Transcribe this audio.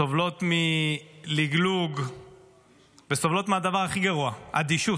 סובלות מלגלוג וסובלות מהדבר הכי גרוע, אדישות.